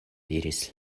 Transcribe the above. diris